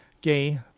gay